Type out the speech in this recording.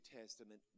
Testament